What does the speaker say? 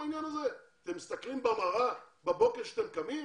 אתם מסתכלים במראה בבוקר כשאתם קמים?